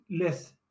less